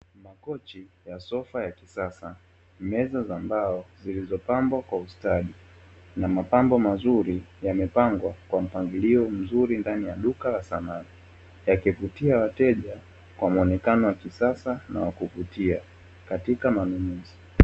Makochi ya sofa ya kisasa, meza za mbao zilizopambwa kwa ustadi na mapambo mazuri yamepangwa kwa mpangilio mzuri ndani ya duka la samani, yakivutia wateja kwa muonekano wa kisasa na wa kuvutia katika manunuzi.